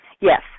Yes